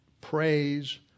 praise